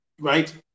right